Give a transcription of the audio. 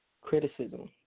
criticism